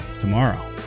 tomorrow